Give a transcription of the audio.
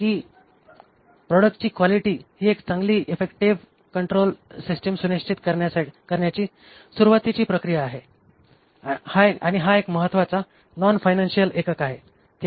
तर प्रॉडक्टची क्वालिटी ही एक चांगली इफेक्टिव्ह कंट्रोल सिस्टिम सुनिश्चित करण्याची सुरुवातीची प्रक्रिया आहे आणि हा एक महत्वाचा नॉन फायनान्शिअल एकक आहे